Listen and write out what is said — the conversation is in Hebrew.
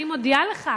אני מודיעה לך: